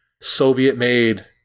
Soviet-made